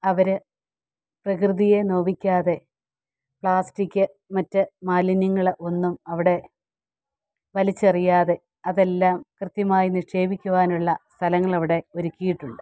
അവര് പ്രകൃതിയെ നോവിക്കാതെ പ്ലാസ്റ്റിക് മറ്റ് മാലിന്യങ്ങള് ഒന്നും അവിടെ വലിച്ചെറിയാതെ അതെല്ലാം കൃത്യമായ് നിക്ഷേപിക്കുവാനുള്ള സ്ഥലങ്ങളവിടെ ഒരുക്കിയിട്ടുണ്ട്